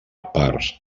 parts